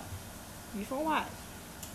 no but he say he say before